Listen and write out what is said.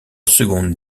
second